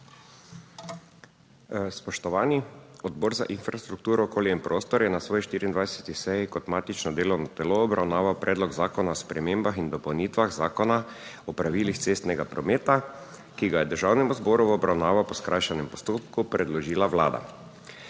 Spoštovani! Odbor za infrastrukturo, okolje in prostor je na svoji 24. seji kot matično delovno telo obravnaval Predlog zakona o spremembah in dopolnitvah Zakona 35. TRAK: (SC) – 11.50 (nadaljevanje) o pravilih cestnega prometa, ki ga je Državnemu zboru v obravnavo po skrajšanem postopku predložila Vlada.